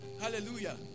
Hallelujah